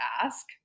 ask